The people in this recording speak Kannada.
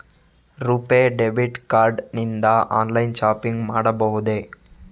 ರುಪೇ ಡೆಬಿಟ್ ಕಾರ್ಡ್ ನಿಂದ ಆನ್ಲೈನ್ ಶಾಪಿಂಗ್ ಮಾಡಬಹುದೇ?